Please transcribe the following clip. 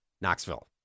Knoxville